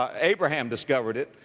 ah abraham discovered it,